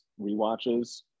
rewatches